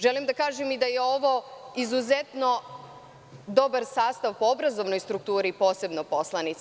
Želim da kažem i da je ovo izuzetno dobar sastav po obrazovnoj strukturi posebno poslanica.